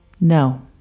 No